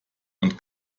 und